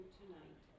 tonight